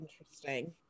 interesting